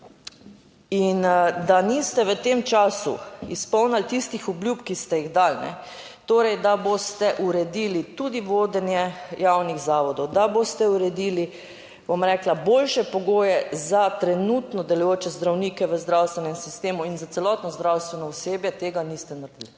In da niste v tem času izpolnili tistih obljub, ki ste jih dali, torej da boste uredili tudi vodenje javnih zavodov, da boste uredili, bom rekla, boljše pogoje za trenutno delujoče zdravnike v zdravstvenem sistemu in za celotno zdravstveno osebje, tega niste naredili.